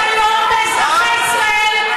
מה העניין?